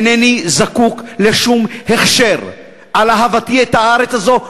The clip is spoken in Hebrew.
אינני זקוק לשום הכשר על אהבתי את הארץ הזאת,